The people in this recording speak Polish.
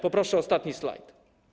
Poproszę ostatni slajd.